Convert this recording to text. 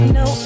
no